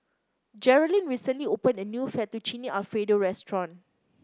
Jerilynn recently opened a new Fettuccine Alfredo Restaurant